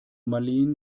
marleen